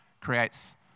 creates